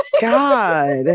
God